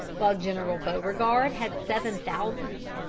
while general beauregard had seven thousand.